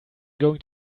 going